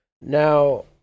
now